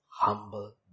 humble